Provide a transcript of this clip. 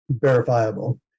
verifiable